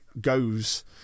goes